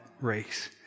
race